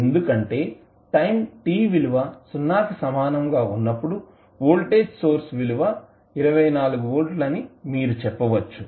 ఎందుకంటే time t విలువ 0 కి సమానం గా ఉన్నప్పుడు వోల్టేజ్ సోర్స్ విలువ 24 వోల్ట్ అని మీరు చెప్పవచ్చు